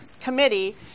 committee